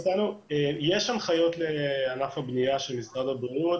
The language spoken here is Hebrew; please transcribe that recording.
יש הנחיות של משרד הבריאות לענף הבנייה,